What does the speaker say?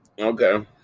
Okay